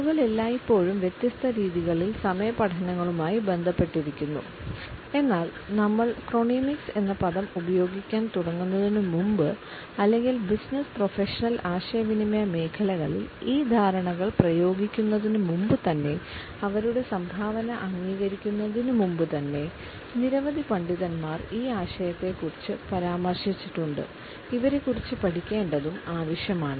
ആളുകൾ എല്ലായ്പ്പോഴും വ്യത്യസ്ത രീതികളിൽ സമയ പഠനങ്ങളുമായി ബന്ധപ്പെട്ടിരിക്കുന്നു എന്നാൽ നമ്മൾ ക്രോണമിക്സ് എന്ന പദം ഉപയോഗിക്കാൻ തുടങ്ങുന്നതിനുമുമ്പ് അല്ലെങ്കിൽ ബിസിനസ്സ് പ്രൊഫഷണൽ ആശയവിനിമയ മേഖലകളിൽ ഈ ധാരണകൾ പ്രയോഗിക്കുന്നതിന് മുമ്പുതന്നെ അവരുടെ സംഭാവന അംഗീകരിക്കുന്നതിന് മുമ്പുതന്നെ നിരവധി പണ്ഡിതന്മാർ ഈ ആശയത്തെ കുറിച്ച് പരാമർശിച്ചിട്ടുണ്ട് ഇവരെക്കുറിച്ച് പഠിക്കേണ്ടതും ആവശ്യമാണ്